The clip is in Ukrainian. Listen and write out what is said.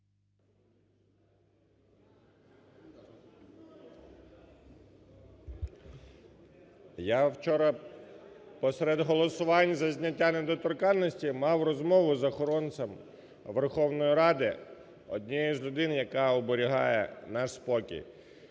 Я вчора посеред голосувань за зняття недоторканності мав розмову з охоронцем Верховної Ради, однією з людей, яка оберігає наш спокій.